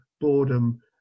boredom